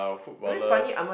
footballers